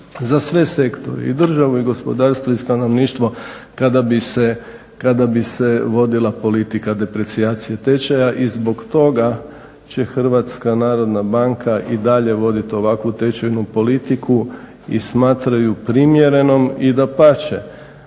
za sve sektore, i državu i gospodarstvo i stanovništvo kada bi se vodila politika deprecijacije tečaja. I zbog toga će HNB i dalje voditi ovakvu tečajnu politiku i smatra je primjerenom i dapače